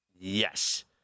Yes